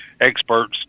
experts